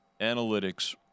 analytics